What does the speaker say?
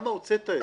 למה הוצאת את זה.